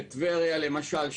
בטבריה למשל,